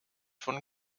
von